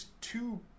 two